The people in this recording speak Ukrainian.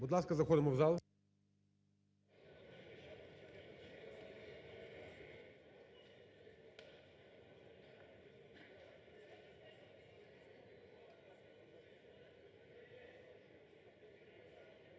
Будь ласка, заходимо в зал.